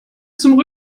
zum